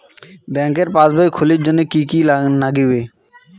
ব্যাঙ্কের পাসবই খুলির জন্যে কি কি নাগিবে?